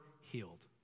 healed